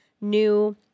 new